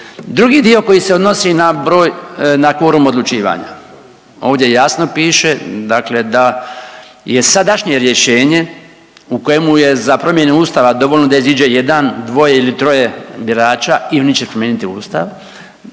Drugi dio koji se odnosi na broj, na kvorum odlučivanja. Ovdje jasno piše dakle da je sadašnje rješenje u kojemu je za promjenu Ustava dovoljno da iziđe jedan, dvoje ili troje birača i oni će promijeniti Ustav